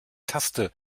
taste